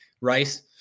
Rice